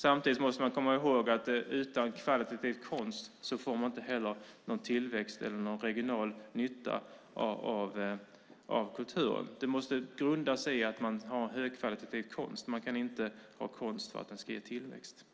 Samtidigt måste man komma ihåg att utan kvalitativ konst får man inte heller någon tillväxt eller någon regional nytta av kulturen. Det måste grunda sig i högkvalitativ konst; man kan inte ha konst för att den ska ge tillväxt.